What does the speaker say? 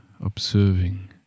observing